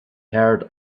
heard